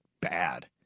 bad